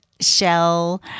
shell